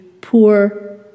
poor